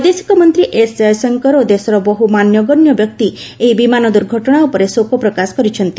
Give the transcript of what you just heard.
ବୈଦେଶିକ ମନ୍ତ୍ରୀ ଏସ୍ ଜୟଶଙ୍କର ଓ ଦେଶର ବହ୍ର ମାନ୍ୟଗଣ୍ୟ ବ୍ୟକ୍ତି ଏହି ବିମାନ ଦୁର୍ଘଟଣା ଉପରେ ଶୋକ ପ୍ରକାଶ କରିଛନ୍ତି